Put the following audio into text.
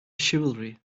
chivalry